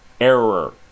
error